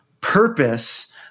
purpose